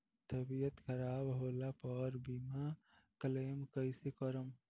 तबियत खराब होला पर बीमा क्लेम कैसे करम?